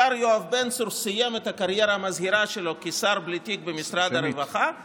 השר יואב בן צור סיים את הקריירה המזהירה שלו כשר בלי תיק במשרד הרווחה,